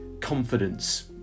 confidence